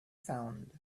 sound